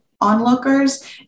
onlookers